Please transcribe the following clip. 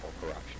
corruption